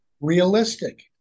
realistic